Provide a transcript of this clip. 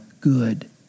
good